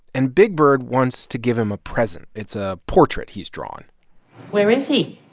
and big bird wants to give him a present. it's a portrait he's drawn where is he?